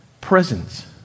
presence